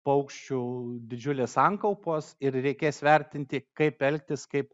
paukščių didžiulės sankaupos ir reikės vertinti kaip elgtis kaip